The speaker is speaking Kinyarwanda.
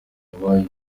yabaye